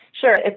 Sure